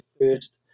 first